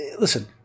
listen